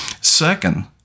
Second